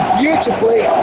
beautifully